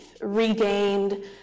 regained